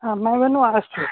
ଆମେ ଏବେ ନୂଆ ଆସିଛୁ